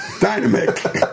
dynamic